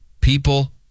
people